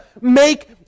make